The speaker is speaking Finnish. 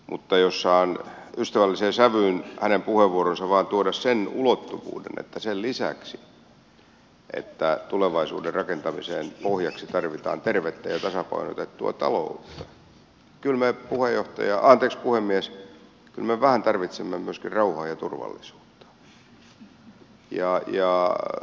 mutta jos saan ystävälliseen sävyyn hänen puheenvuoroonsa liittyen vain tuoda sen ulottuvuuden että sen lisäksi että tulevaisuuden rakentamisen pohjaksi tarvitaan tervettä ja tasapainotettua taloutta kyllä me puhemies vähän tarvitsemme myöskin rauhaa ja turvallisuutta